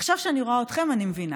עכשיו, כשאני רואה אתכם, אני מבינה.